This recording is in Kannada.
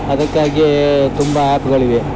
ಅದಕ್ಕಾಗೇ ತುಂಬಾ ಆ್ಯಪ್ಗಳಿವೆ